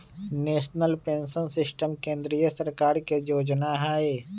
national pension system केंद्रीय सरकार के जोजना हइ